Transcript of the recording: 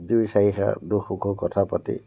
দুই চাৰিষাৰ দুখ সুখৰ কথা পাতি